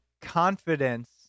confidence